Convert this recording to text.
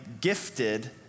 gifted